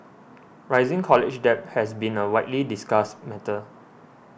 rising college debt has been a widely discussed matter